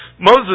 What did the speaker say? Moses